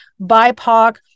BIPOC